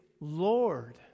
Lord